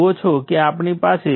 1 volt બનશે